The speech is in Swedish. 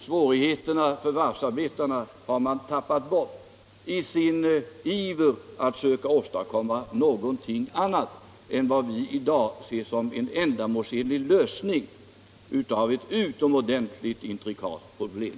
Svårigheterna för varvsarbetarna har vpk tappat bort i sin iver att söka åstadkomma någonting annat än vad vi i dag ser som en ändamålsenlig lösning av ett utomordentligt intrikat problem.